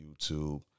YouTube